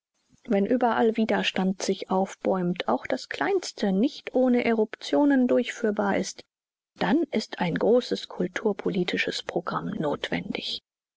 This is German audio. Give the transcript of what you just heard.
wenn überall widerstand sich aufbäumt auch das kleinste nicht ohne eruptionen durchführbar ist dann ist ein großes kulturpolitisches programm notwendig